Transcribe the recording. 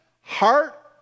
heart